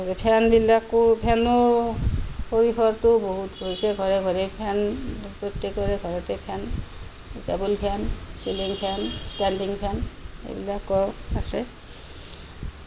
ফেনবিলাকো ফেনৰো পৰিসৰতো বহুত হৈছে ঘৰে ঘৰে ফেন প্ৰত্যেকৰে ঘৰতে fan table fan ceiling fan standing fan এইবিলাকো আছে